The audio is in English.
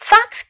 Fox